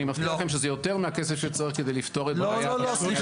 אני מבטיח לכם שזה יותר מהכסף שצריך כדי לפתור את הבעיה --- לא,